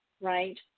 right